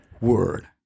word